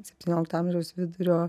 septyniolikto amžiaus vidurio